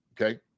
okay